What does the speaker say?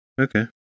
Okay